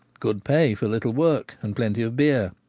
good pay for little work, and plenty of beer.